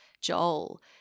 Joel